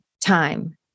time